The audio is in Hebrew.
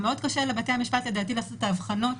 מאוד קשה לבתי המשפט לעשות את ההבחנות.